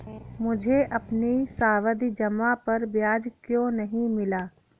मुझे अपनी सावधि जमा पर ब्याज क्यो नहीं मिला?